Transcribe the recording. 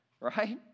Right